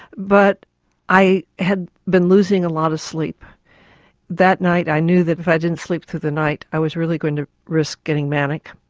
but i had been losing a lot of sleep that night i knew if i didn't sleep through the night i was really going to risk getting manic.